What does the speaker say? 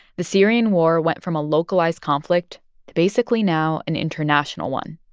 the syrian war went from a localized conflict to basically now an international one.